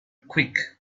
quick